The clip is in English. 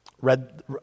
read